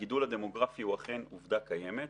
שהגידול הדמוגרפי הוא אכן עובדה קיימת,